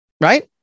right